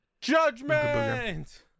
Judgment